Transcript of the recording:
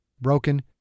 broken